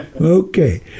Okay